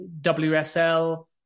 WSL